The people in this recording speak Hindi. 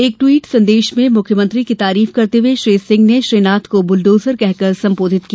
एक ट्वीट संदेश में मुख्यमंत्री की तारीफ करते हुये श्री सिंह ने श्री नाथ को बुलडोजर कहकर संबोधित किया